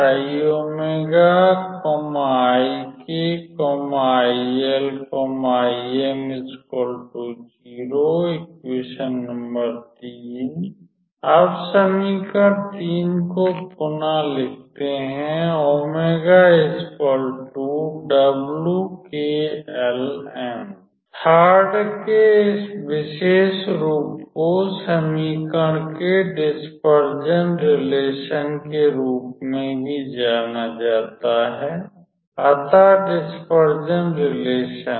अब समीकरण को पुनः लिखते हैं III के इस विशेष रूप को समीकरण के डिस्पर्जन रिलेशन के रूप में भी जाना जाता है अतः डिस्पर्जन रिलेशन